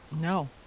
No